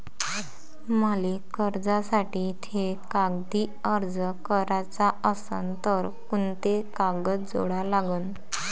मले कर्जासाठी थे कागदी अर्ज कराचा असन तर कुंते कागद जोडा लागन?